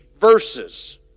verses